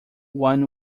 one